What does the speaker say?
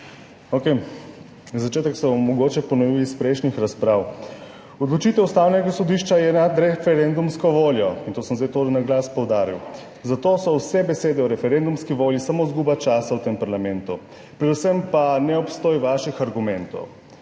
Za začetek se bom mogoče ponovil iz prejšnjih razprav. Odločitev Ustavnega sodišča je nad referendumsko voljo -in to sem zdaj tole na glas poudaril - zato so vse besede o referendumski volji samo izguba časa v tem parlamentu, predvsem pa neobstoj vaših argumentov.